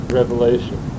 revelation